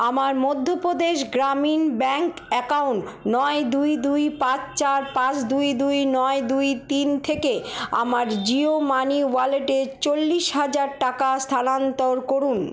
আমার Madhya Pradesh Gramin bank account নয় দুই দুই পাঁচ চার পাঁচ দুই দুই নয় দুই তিন থেকে আমার জিও মানি ওয়ালেটে চল্লিশ হাজার টাকা স্থানান্তর করুন